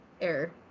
error